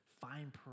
Fine